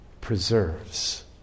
preserves